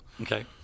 Okay